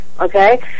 okay